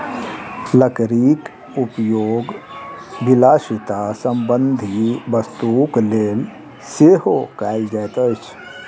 लकड़ीक उपयोग विलासिता संबंधी वस्तुक लेल सेहो कयल जाइत अछि